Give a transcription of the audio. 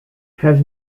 have